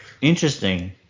Interesting